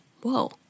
Whoa